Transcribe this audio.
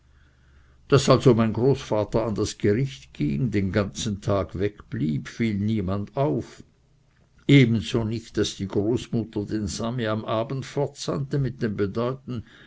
daß also mein großvater an das gericht ging den ganzen tag wegblieb fiel niemand auf ebenso nicht daß die großmutter den sami am abend fortsandte mit dem bedeuten